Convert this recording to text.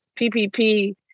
PPP